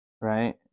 right